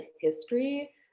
history